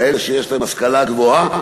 באלה שיש אצלן השכלה גבוהה,